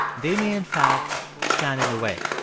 they may in fact stand in the way.